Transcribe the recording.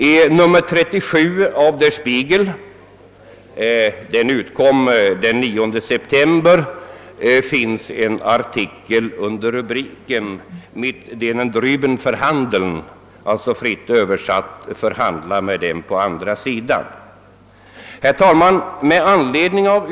I nr 37 av Der Spiegel — den utkom den 9 september — finns en artikel under rubriken »MIT DENEN DRUBEN VERHANDELN» — fritt översatt: »Förhandla med dem på andra sidan». Herr talman!